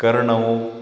कर्णौ